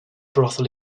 brothel